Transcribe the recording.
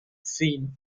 seen